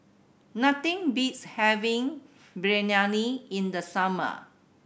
nothing beats having Biryani in the summer